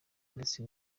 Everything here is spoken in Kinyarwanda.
ndetse